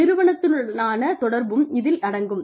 நிறுவனத்துடனா தொடர்பும் இதில் அடங்கும்